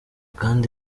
kandi